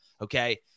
okay